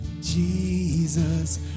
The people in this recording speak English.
Jesus